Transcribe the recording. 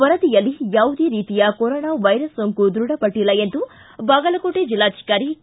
ವರದಿಯಲ್ಲಿ ಯಾವುದೇ ರೀತಿಯ ಕೊರೊನಾ ವೈರಸ್ ಸೊಂಕು ದೃಢಪಟ್ಟಲ್ಲ ಎಂದು ಬಾಗಲಕೋಟೆ ಜೆಲ್ಲಾಧಿಕಾರಿ ಕೆ